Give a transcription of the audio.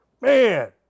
Man